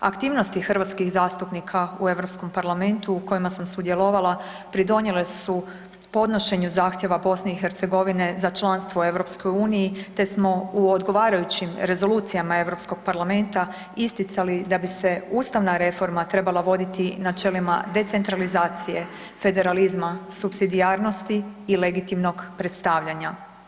Aktivnosti hrvatskih zastupnika u hrvatskom Parlamentu u kojima sam sudjelovala pridonijele su podnošenju zahtjeva Bosne i Hercegovine za članstvo u EU, te smo u odgovarajućim rezolucijama Europskog parlamenta isticali da bi se ustavna reforma trebala voditi načelima decentralizacije, federalizma, supsidijarnosti i legitimnog predstavljanja.